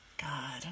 God